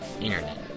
internet